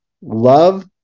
love